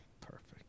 perfect